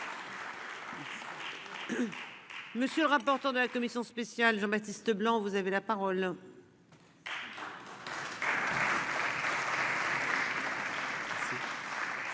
Monsieur le rapporteur de la commission spéciale Jean-Baptiste Leblanc, vous avez la parole.